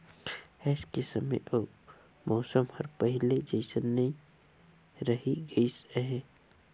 आयज के समे अउ मउसम हर पहिले जइसन नइ रही गइस हे